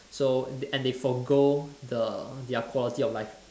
so and they and they forgo the their quality of life